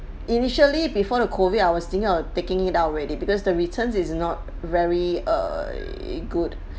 initially before the COVID I was thinking of taking it out already because the returns is not very err good